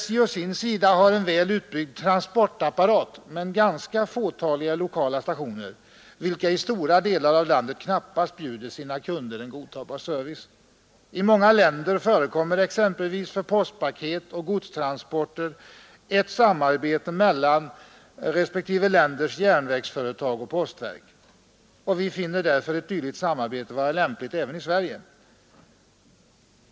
SJ å sin sida har en väl utbyggd transportapparat men ganska få lokala stationer, vilka i stora delar av landet knappast bjuder sina kunder en godtagbar service. I många länder förekommer exempelvis för postpaket och godstransporter ett samarbete mellan respektive länders järnvägsföretag och postverket. Vi finner ett dylikt samarbete vara lämpligt även i Sverige.